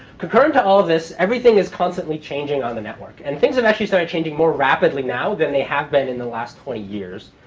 concurrent to all of this, everything is constantly changing on the network. and things have and actually started changing more rapidly now than they have been in the last twenty years.